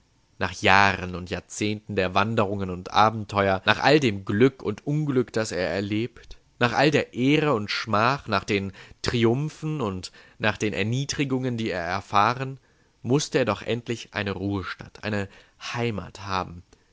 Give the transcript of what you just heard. nach jahren und jahrzehnten der wanderungen und abenteuer nach all dem glück und unglück das er erlebt nach all der ehre und schmach nach den triumphen und nach den erniedrigungen die er erfahren mußte er doch endlich eine ruhestatt eine heimat haben